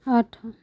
ଆଠ